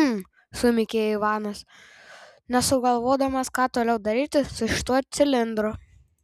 hm sumykė ivanas nesugalvodamas ką toliau daryti su šituo cilindru